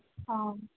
ꯑꯥ